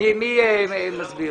איזה סעיף את מדברת?